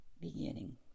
beginning